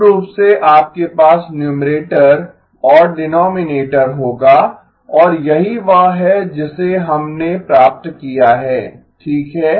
मूल रूप से आपके पास न्यूमरेटर और डीनोमीनेटर होगा और यही वह है जिसे हमने प्राप्त किया है ठीक है